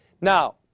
now